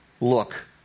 look